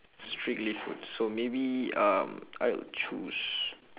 strictly food so maybe um I would choose